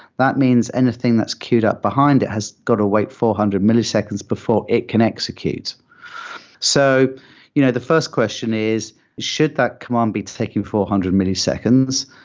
that means anything that's queued up behind it has got to wait four hundred milliseconds before it can execute so you know the first question is should that command be taking four hundred milliseconds?